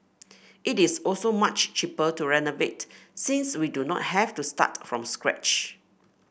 it is also much cheaper to renovate since we do not have to start from scratch